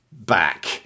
back